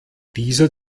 dieser